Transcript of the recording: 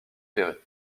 ferrées